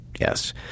yes